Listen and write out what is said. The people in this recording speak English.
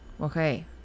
Okay